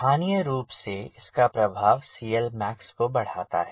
स्थानीय रूप से इसका प्रभाव CLmax को बढ़ाता है